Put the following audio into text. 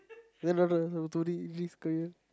son of daughter